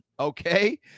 Okay